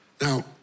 Now